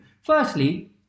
firstly